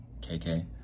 kk